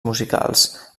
musicals